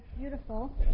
beautiful